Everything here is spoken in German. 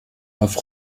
auf